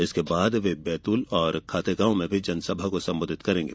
इसके बाद बैतूल और खातेगॉव में जनसभा को संबोधित करेंगे